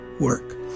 work